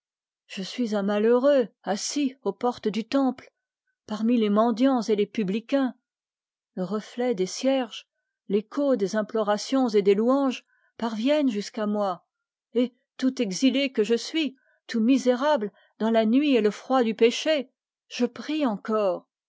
je suis un malheureux assis aux portes du temple parmi les mendiants et les publicains le reflet des cierges l'écho des implorations et des louanges parviennent jusqu'à moi et tout exilé que je suis tout misérable dans la nuit et le froid du péché je prie encore